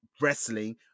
Wrestling